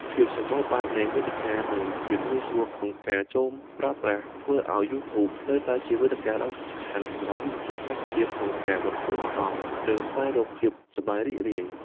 ភាពសម្បូរបែបនៃមាតិកា និងភាពងាយស្រួលក្នុងការចូលប្រើប្រាស់ ធ្វើឲ្យ YouTube នៅតែជាវេទិកាដ៏សំខាន់សម្រាប់យុវជនកម្ពុជាក្នុងការបន្ធូរអារម្មណ៍ និងស្វែងរកភាពសប្បាយរីករាយ។